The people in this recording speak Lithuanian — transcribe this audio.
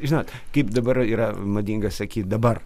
žinot kaip dabar yra madinga sakyt dabar